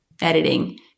editing